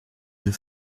deux